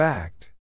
Fact